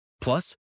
Plus